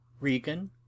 Regan